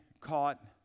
caught